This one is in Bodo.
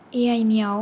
ए आइ नियाव